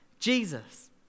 Jesus